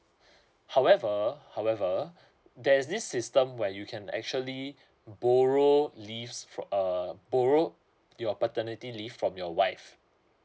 however however there's this system where you can actually borrow leaves from err borrow your paternity leave from your wife